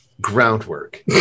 groundwork